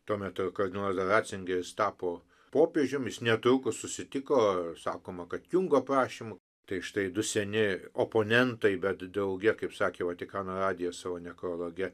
tuo metu kardinolas racingeris tapo popiežium jis netrukus susitiko sakoma kad kiungo prašymu tai štai du seni oponentai bet drauge kaip sakė vatikano radijas savo nekrologe